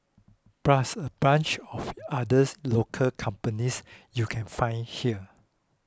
plus a bunch of others local companies you can find here